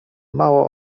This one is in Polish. mało